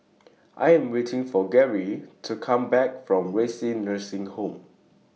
I Am waiting For Garry to Come Back from Renci Nursing Home